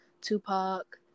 Tupac